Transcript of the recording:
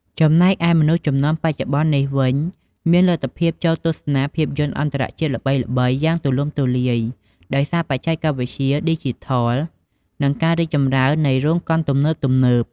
ចំណែកឯមនុស្សជំនាន់បច្ចុប្បន្ននេះវិញ មានលទ្ធភាពចូលទស្សនាភាពយន្តអន្តរជាតិល្បីៗយ៉ាងទូលំទូលាយ ដោយសារបច្ចេកវិទ្យាឌីជីថល និងការរីកចម្រើននៃរោងកុនទំនើបៗ។